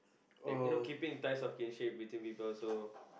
like you know keeping in ties of kinship between people so